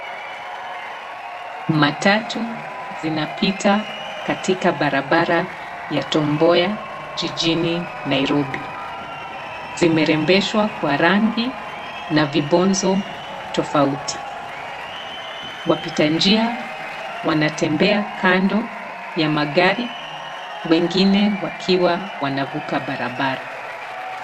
Matatu zinapita katika barabara ya Tom Mboya jijini Nairobi. Zimerembeshwa kwa rangi na vibonzo tofauti. Wapita njia wanatembea kando ya magari wengine wakiwa wanavuka barabara.